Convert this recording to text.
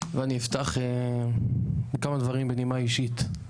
ואני אפתח בכמה דברים בנימה אישית.